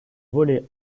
volé